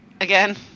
again